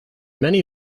many